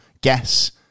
guess